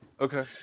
Okay